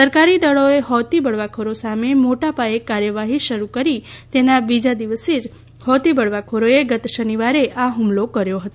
સરકારી દળોએ હૌતી બળવાખોરો સામે મોટાપાયે કાર્યવાહી શરૂ કરી તેના બીજા દિવસે જ હૌતી બળવાખોરોએ ગત શનિવારે આ હુમલો કર્યો હતો